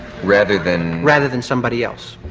rather than rather than somebody else,